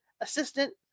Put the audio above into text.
assistant